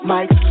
Mike